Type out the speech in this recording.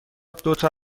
دوتا